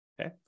okay